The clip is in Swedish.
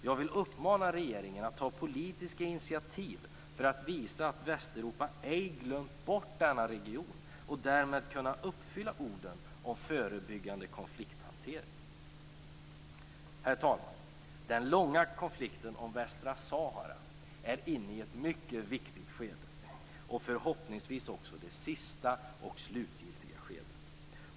Jag vill uppmana regeringen att ta politiska initiativ för att visa att Västeuropa inte glömt bort denna region och därmed uppfylla orden om förebyggande konflikthantering. Herr talman! Den långa konflikten om Västra Sahara är inne i ett mycket viktigt skede - och förhoppningsvis också det slutgiltiga skedet.